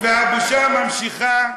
והבושה ממשיכה,